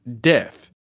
death